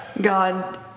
God